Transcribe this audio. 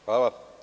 Hvala.